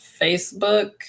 Facebook